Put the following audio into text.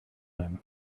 him